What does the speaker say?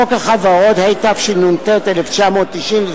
חוק החברות, התשנ"ט 1999,